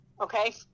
Okay